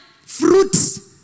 fruits